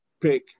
pick